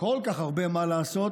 כל כך הרבה מה לעשות